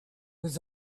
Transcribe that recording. was